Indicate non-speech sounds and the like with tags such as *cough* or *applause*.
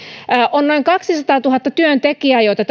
on noin kaksisataatuhatta työntekijää joita *unintelligible*